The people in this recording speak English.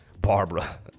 Barbara